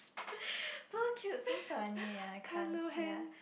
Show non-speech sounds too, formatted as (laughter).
(breath) so cute so funny ah I can't ya